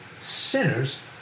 sinners